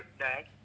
dad